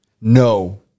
No